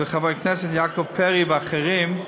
של חבר הכנסת יעקב פרי ואחרים,